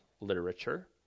literature